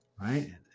right